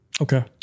Okay